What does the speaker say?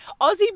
Aussie